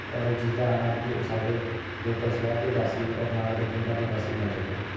ਔਰ ਜਿਸਦਾ ਆਨੰਦ ਸਾਡੇ ਰੌਪੜ ਸ਼ਹਿਰ ਦੇ ਵਾਸੀ ਔਰ ਨਾਲ ਦੇ ਪਿੰਡਾਂ ਦੇ ਵਾਸੀ ਲੈਂਦੇ ਹਨ